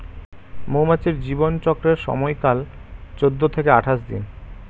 মৌমাছির জীবন চক্রের সময়কাল চৌদ্দ থেকে আঠাশ দিন